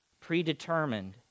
predetermined